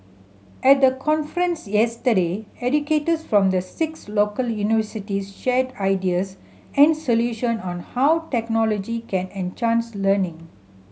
at the conference yesterday educators from the six local universities shared ideas and solution on how technology can enhance learning